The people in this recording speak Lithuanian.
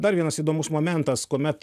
dar vienas įdomus momentas kuomet